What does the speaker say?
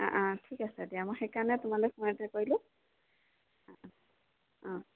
ঠিক আছে দিয়া মই সেইকাৰণে তোমালৈ ফোন এটা কৰিলোঁ